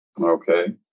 Okay